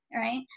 right